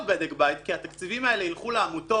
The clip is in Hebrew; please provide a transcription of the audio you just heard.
בדק בית כי התקציבים האלה יילכו לעמותות